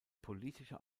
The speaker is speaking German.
politische